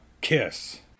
Kiss